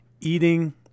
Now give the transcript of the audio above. eating